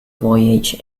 voyage